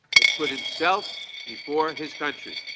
has put himself before his country.